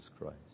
Christ